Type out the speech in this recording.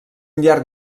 llarg